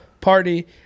party